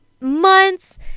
months